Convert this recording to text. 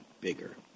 bigger